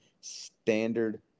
standard